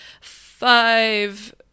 five